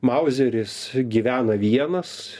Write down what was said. mauzeris gyvena vienas